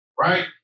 right